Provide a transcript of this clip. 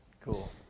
Cool